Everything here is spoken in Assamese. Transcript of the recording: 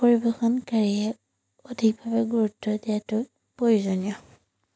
পৰিৱেশনকাৰীয়ে অধিকভাৱে গুৰুত্ব দিয়াতো প্ৰয়োজনীয়